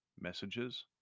messages